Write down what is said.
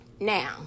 Now